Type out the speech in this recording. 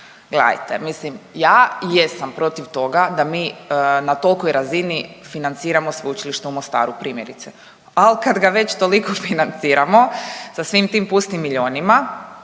Gledajte mislim ja jesam protiv toga da mi na tolikoj razini financiramo Sveučilište u Mostaru primjerice, ali kad ga već toliko financiramo sa svim tim pustim milijonima